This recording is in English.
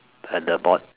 at the board